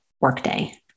workday